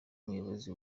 muyobozi